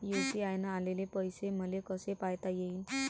UPI न आलेले पैसे मले कसे पायता येईन?